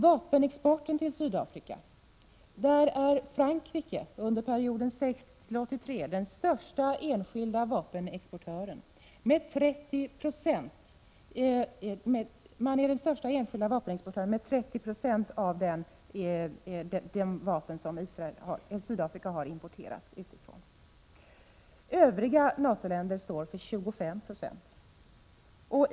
I fråga om vapenexporten var Frankrike under perioden 1960-1983 den största enskilda vapenexportören och levererade 30 26 av de vapen som Sydafrika har importerat utifrån. Övriga NATO-länder står för 25 96.